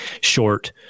short